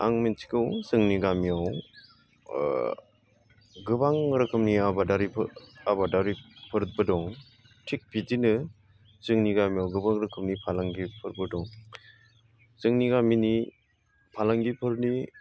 आं मिन्थिगौ जोंनि गामियाव गोबां रोखोमनि आबादारिफोर दं थिक बिदिनो जोंनि गामियाव गोबां रोखोमनि फालांगिफोरबो दं जोंनि गामिनि फालांगिफोरनि